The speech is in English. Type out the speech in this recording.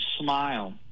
smile